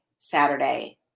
Saturday